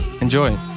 Enjoy